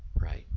right